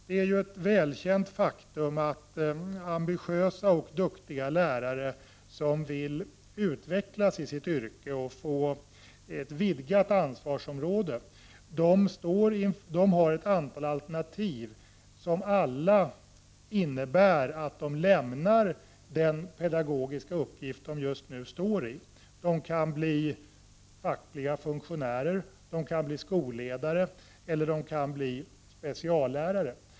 Det är ju ett välkänt faktum att ambitiösa och duktiga lärare som vill utveckla sig i sitt yrke och få ett vidgat ansvarsområde har ett antal alternativ som alla innebär att de måste lämna den pedagogiska uppgift som de har. De kan bli fackliga funktionärer, skolledare eller speciallärare.